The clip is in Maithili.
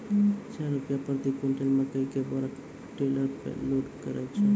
छह रु प्रति क्विंटल मकई के बोरा टेलर पे लोड करे छैय?